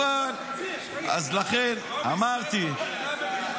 דואג, בגלל שיש לך את מיארה שתגן